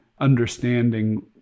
understanding